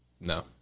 no